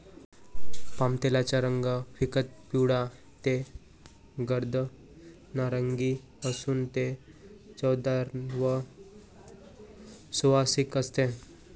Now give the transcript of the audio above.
पामतेलाचा रंग फिकट पिवळा ते गर्द नारिंगी असून ते चवदार व सुवासिक असते